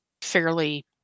fairly